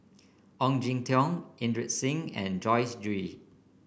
Ong Jin Teong Inderjit Singh and Joyce Jue